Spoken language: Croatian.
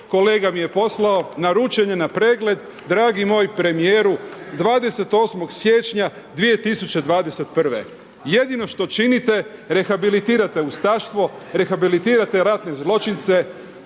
kolega mi je poslao, naručen je na pregled, dragi moj premijeru, 28. siječnja 2021. Jedino što činite, rehabilitirate ustaštvo, rehabilitirate ratne zločince,